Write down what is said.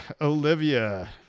Olivia